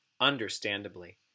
understandably